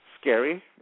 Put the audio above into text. scary